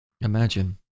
Imagine